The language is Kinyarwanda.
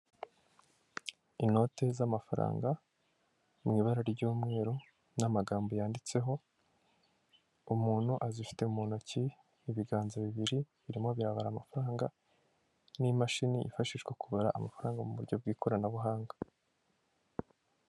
Inote z'amafaranga mu ibara ry'umweru n'amagambo yanditseho umuntu azifite mu ntoki ,ibiganza bibiri birimo birabara amafaranga n'imashini yifashishwa kubara amafaranga mu buryo bw'ikoranabuhanga.